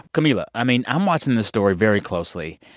camila, i mean, i'm watching this story very closely.